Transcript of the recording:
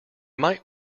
might